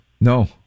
No